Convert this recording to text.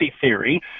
theory